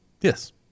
Yes